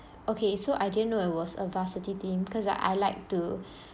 okay so I didn't know it was a varsity team because I like to